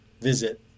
visit